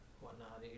whatnot